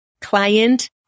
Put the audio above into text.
client